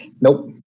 Nope